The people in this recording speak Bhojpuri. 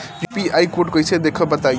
यू.पी.आई कोड कैसे देखब बताई?